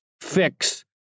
fix